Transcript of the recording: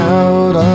out